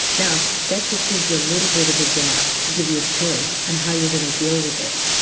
now that just gives you a little bit of a gap, to give you a choice on how you're going to deal with it.